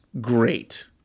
great